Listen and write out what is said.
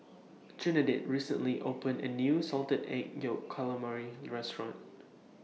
Trinidad recently opened A New Salted Egg Yolk Calamari Restaurant